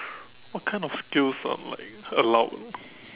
what kind of skills are like allowed